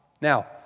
Now